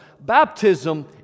baptism